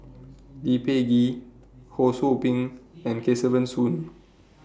Lee Peh Gee Ho SOU Ping and Kesavan Soon